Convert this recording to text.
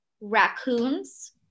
raccoons